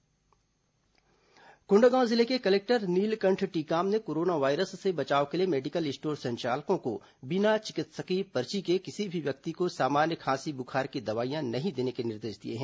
corona alert Kondagaon जिले के collector Neelkanth Tekam ने कोरोना वायरस से बचाव के लिए मेडिकल स्टोर संचालकों को बिना चिकित्सकीय पर्ची के किसी भी व्यक्ति को सामान्य खांसी बुखार की दवाईयां नहीं देने को निर्देश दिए हैं